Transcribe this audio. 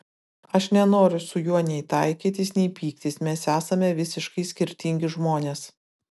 aš nenoriu su juo nei taikytis nei pyktis mes esame visiškai skirtingi žmonės